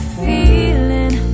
feeling